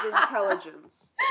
intelligence